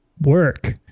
work